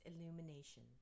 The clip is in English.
illumination